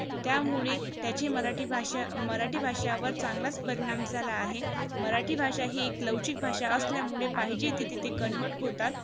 त्यामुळे त्याचे मराठी भाषा मराठी भाषावर चांगलाच परिणाम झाला आहे मराठी भाषा ही एक लवचिक भाषा असल्यामुळे पाहिजे तिथे ते कन्व्हर्ट होतात